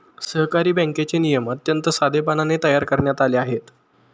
सहकारी बँकेचे नियम अत्यंत साधेपणाने तयार करण्यात आले आहेत